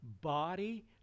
body